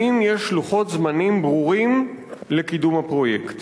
האם יש לוחות זמנים ברורים לקידום הפרויקט?